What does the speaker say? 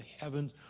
heavens